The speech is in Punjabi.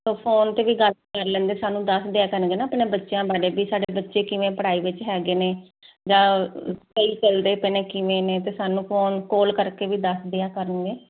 ਫੋਨ ਤੇ ਵੀ ਗੱਲ ਕਰ ਲੈਂਦੇ ਸਾਨੂੰ ਦੱਸ ਦਿਆ ਕਰਨਗੇ ਨਾ ਆਪਣੇ ਬੱਚਿਆਂ ਬਾਰੇ ਵੀ ਸਾਡੇ ਬੱਚੇ ਕਿਵੇਂ ਪੜ੍ਹਾਈ ਵਿੱਚ ਹੈਗੇ ਨੇ ਜਾਂ ਸਹੀ ਚਲਦੇ ਪਏ ਨੇ ਕਿਵੇਂ ਨੇ ਤੇ ਸਾਨੂੰ ਫੋਨ ਕਾਲ ਕਰਕੇ ਵੀ ਦੱਸਦੇ ਆ ਕਰਨਗੇ